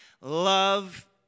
love